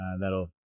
that'll